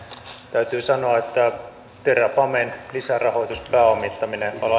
täytyy sanoa että terrafamen lisärahoituspääomittaminen